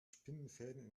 spinnenfäden